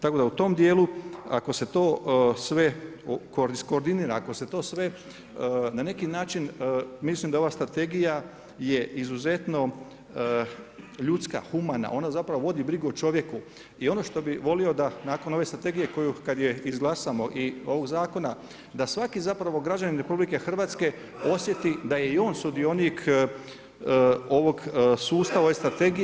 Tako da u tom dijelu ako se to sve iskoordinira, ako se to sve na neki način, mislim da ova strategija je izuzetno ljudska, humana, ona zapravo vodi brigu o čovjeku i ono što bi volio da nakon ove strategije koju kad je izglasamo, i ovog zakona da svaki zapravo građanin RH osjeti da je i on sudionik ovog sustava, ove strategije.